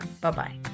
Bye-bye